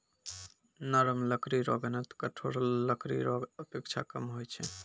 नरम लकड़ी रो घनत्व कठोर लकड़ी रो अपेक्षा कम होय छै